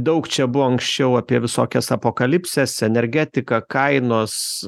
daug čia buvo anksčiau apie visokias apokalipses energetika kainos